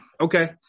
Okay